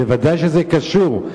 ודאי שזה קשור,